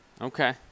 Okay